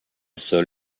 sol